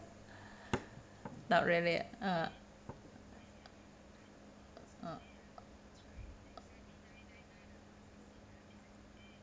not really ah ah